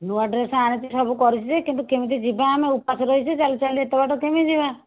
ନୂଆ ଡ୍ରେସ୍ ଆଣିଛି ସବୁ କରିଛି ଯେ କିନ୍ତୁ କେମିତି ଯିବା ଆମେ ଉପାସ ରହିଛେ ଚାଲି ଚାଲି ଏତେ ବାଟ କେମିତି ଯିବା